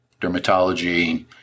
dermatology